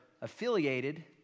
affiliated